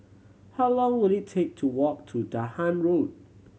how long will it take to walk to Dahan Road